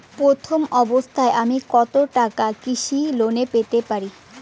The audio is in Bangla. প্রথম অবস্থায় আমি কত টাকা কৃষি লোন পেতে পারি?